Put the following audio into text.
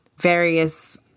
various